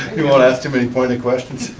you want to ask too may pointed questions?